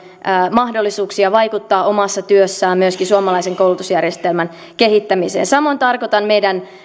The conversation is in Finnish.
mahdollisuuksia vaikuttaa omassa työssään myös suomalaisen koulutusjärjestelmän kehittämiseen samoin tarkoitan meidän